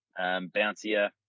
bouncier